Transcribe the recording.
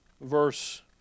Verse